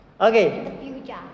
Okay